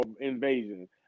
invasion